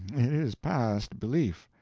it is past belief.